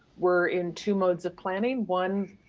we're in two modes of planning. one,